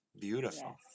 Beautiful